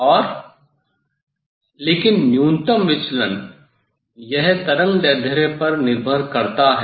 और लेकिन न्यूनतम विचलन यह तरंगदैर्ध्य पर निर्भर करता है